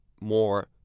more